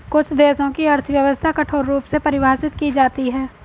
कुछ देशों की अर्थव्यवस्था कठोर रूप में परिभाषित की जाती हैं